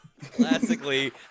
Classically